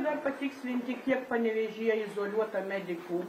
dar patikslinti kiek panevėžyje izoliuota medikų